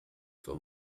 for